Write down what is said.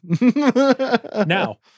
now